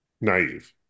naive